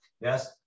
Yes